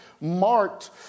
marked